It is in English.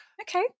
okay